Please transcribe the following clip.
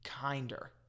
kinder